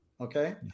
Okay